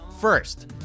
First